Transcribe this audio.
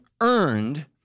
earned